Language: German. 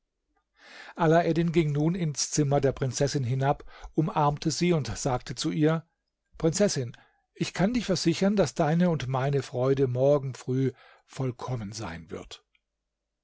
alaeddin ging nun ins zimmer der prinzessin hinab umarmte sie und sagte zu ihr prinzessin ich kann dich versichern daß deine und meine freude morgen früh vollkommen sein wird